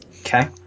Okay